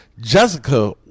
Jessica